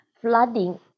flooding